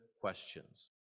questions